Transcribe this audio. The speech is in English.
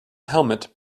helmet